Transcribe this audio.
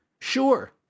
sure